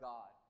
God